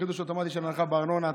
חידוש אוטומטי של הנחה בארנונה),